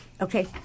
Okay